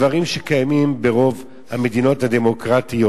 דברים שקיימים ברוב המדינות הדמוקרטיות.